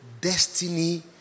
destiny